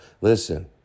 Listen